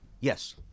Yes